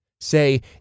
Say